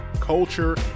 Culture